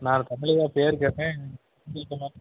நான் தமிழ் ஐயா பேர் கேட்டேன் செந்தில்குமார்